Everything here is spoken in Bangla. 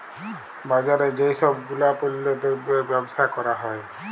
বাজারে যেই সব গুলাপল্য দ্রব্যের বেবসা ক্যরা হ্যয়